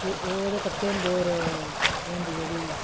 फ्ही ओह् ओह्दे पत्ते होंदे होर केह् होंदी जेह्ड़ी